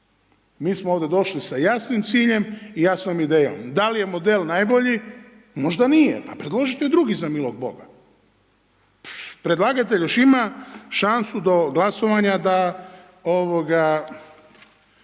Mi smo ovdje došli sa jasnim ciljem i jasnom idejom, da li je model najbolji, možda nije. Pa preložite drugi, za milog Boga. Predlagatelj još ima šansu do glasovanja da,